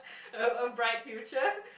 a a bright future